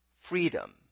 freedom